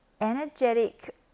energetic